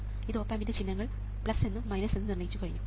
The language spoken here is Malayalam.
ഈ ഓപ് ആമ്പിൻറെ ചിഹ്നങ്ങൾ എന്നും എന്നും നിർണയിച്ചു കഴിഞ്ഞു